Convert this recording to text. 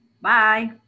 Bye